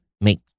make